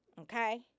Okay